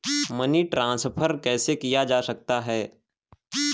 Money transfer कैसे किया जा सकता है?